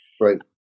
Right